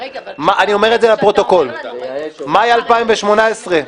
אני אומר את זה לפרוטוקול: מאי 2018,